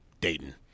Dayton